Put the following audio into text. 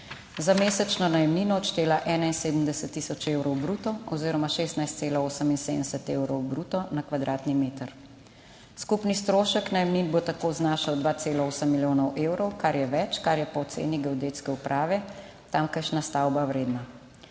za mesečno najemnino odštela 71 tisoč evrov bruto oziroma 16,78 evrov bruto na kvadratni meter. Skupni strošek najemnin bo tako znašal 2,8 milijonov evrov, kar je več, kar je po oceni geodetske uprave tamkajšnja stavba vredna.